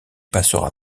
passera